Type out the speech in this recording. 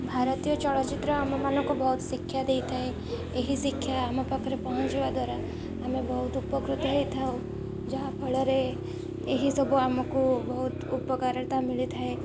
ଭାରତୀୟ ଚଳଚ୍ଚିତ୍ର ଆମମାନଙ୍କୁ ବହୁତ ଶିକ୍ଷା ଦେଇଥାଏ ଏହି ଶିକ୍ଷା ଆମ ପାଖରେ ପହଞ୍ଚିବା ଦ୍ୱାରା ଆମେ ବହୁତ ଉପକୃତ ହୋଇଥାଉ ଯାହାଫଳରେ ଏହିସବୁ ଆମକୁ ବହୁତ ଉପକାରିତା ମିଳିଥାଏ